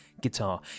guitar